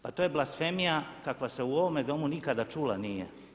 Pa to je blasfemija kakva se u ovome Domu nikada čula nije.